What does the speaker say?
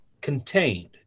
contained